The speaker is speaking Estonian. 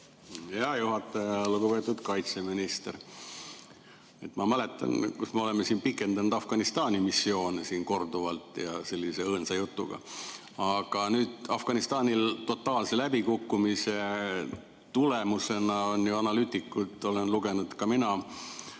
Hea juhataja! Lugupeetud kaitseminister! Ma mäletan, et me oleme pikendanud Afganistani missiooni siin korduvalt sellise õõnsa jutuga. Aga nüüd Afganistani totaalse läbikukkumise tulemusena on analüütikud, olen lugenud ka mina,